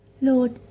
Lord